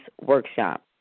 Workshop